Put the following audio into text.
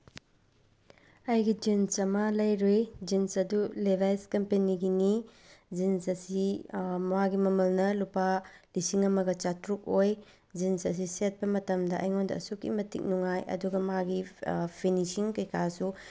ꯑꯩꯒꯤ ꯖꯤꯟꯁ ꯑꯃ ꯂꯩꯔꯨꯏ ꯖꯤꯟꯁ ꯑꯗꯨ ꯂꯦꯚꯥꯏꯁ ꯀꯝꯄꯦꯅꯤꯒꯤꯅꯤ ꯖꯤꯟꯁ ꯑꯁꯤ ꯃꯥꯒꯤ ꯃꯃꯜꯅ ꯂꯨꯄꯥ ꯂꯤꯁꯤꯡ ꯑꯃꯒ ꯆꯥꯇ꯭ꯔꯨꯛ ꯑꯣꯏ ꯖꯤꯟꯁ ꯑꯁꯤ ꯁꯦꯠꯄ ꯃꯇꯝꯗ ꯑꯩꯉꯣꯟꯗ ꯑꯁꯨꯛꯀꯤ ꯃꯇꯤꯛ ꯅꯨꯡꯉꯥꯏ ꯑꯗꯨꯒ ꯃꯥꯒꯤ ꯐꯤꯅꯤꯁꯤꯡ ꯀꯩꯀꯥꯁꯨ